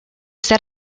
sat